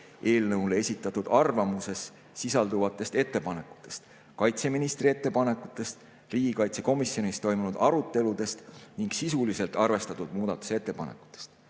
eelnõu kohta esitatud arvamuses sisalduvatest ettepanekutest, kaitseministri ettepanekutest, riigikaitsekomisjonis toimunud aruteludest ning sisuliselt arvestatud muudatusettepanekutest.